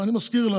ואני מזכיר לה